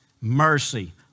mercy